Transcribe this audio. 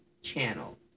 channel